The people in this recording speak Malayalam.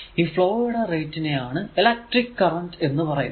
ഈ ഫ്ലോ യുടെ റേറ്റ് നെ ആണ് ഇലക്ട്രിക്ക് കറന്റ് എന്ന് പറയുന്നത്